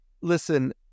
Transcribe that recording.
listen